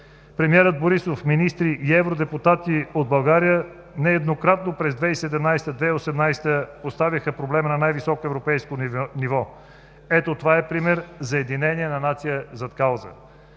Премиерът Борисов, министри и евродепутати от България нееднократно през 2017-а и 2018 г. поставиха проблема на най-високо европейско ниво. Ето, това е пример за единение на нация зад кауза.